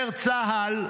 אומר צה"ל: